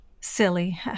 Silly